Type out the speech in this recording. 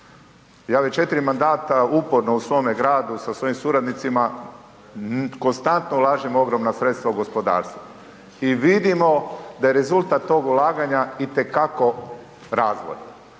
Ja već četiri mandata uporno u svome gradu sa svojim suradnicima konstantno ulažem ogromna sredstva u gospodarstvo i vidimo da je rezultat tog ulaganja itekako razvojan.